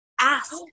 ask